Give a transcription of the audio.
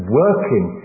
working